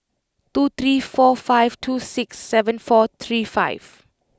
two three four five two six seven four three five